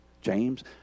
James